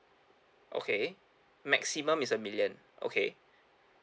okay maximum is a million okay